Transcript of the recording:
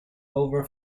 over